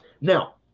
Now